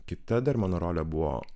kita dar mano rolė buvo